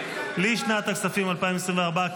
לשנת הכספים 2024,